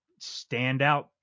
standout